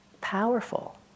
powerful